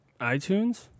iTunes